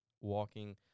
walking